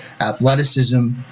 athleticism